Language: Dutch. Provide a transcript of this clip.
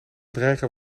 dreigen